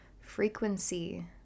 frequency